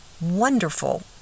wonderful